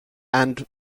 and